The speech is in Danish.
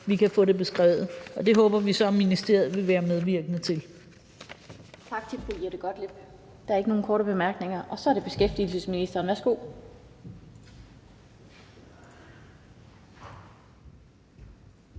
vi kan få det beskrevet. Det håber vi så ministeriet vil være medvirkende til.